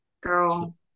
girl